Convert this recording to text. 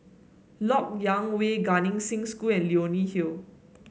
LoK Yang Way Gan Eng Seng School and Leonie Hill